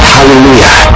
Hallelujah